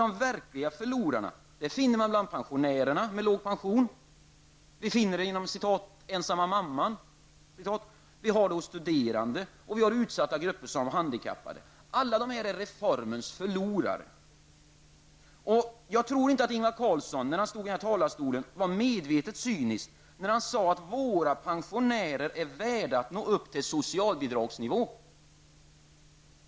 De verkliga förlorarna finner man bland pensionärer med låg pension, ''den ensamma mamman'', studerande och utsatta grupper såsom handikappade. Alla dessa är reformens förlorare. Jag tror inte att Ingvar Carlsson var medvetet cynisk när han från denna talarstol sade att våra pensionärer är värda att nå upp till socialbidragsnivån.